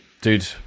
dude